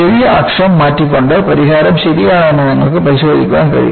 ചെറിയ അക്ഷം മാറ്റിക്കൊണ്ട് പരിഹാരം ശരിയാണോ എന്ന് നിങ്ങൾക്ക് പരിശോധിക്കാൻ കഴിയും